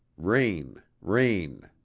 rain, rain,